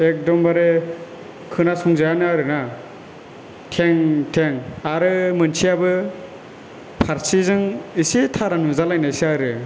एखदम बारे खोनासंजायानो आरो ना थें थें आरो मोनसेयाबो फारसे जों इसे थारा नुजालायनायसो आरो